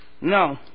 no